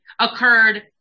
occurred